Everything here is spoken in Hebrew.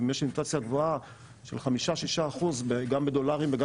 ואם יש אינפלציה גבוהה של 5-6 אחוז גם בדולרים וגם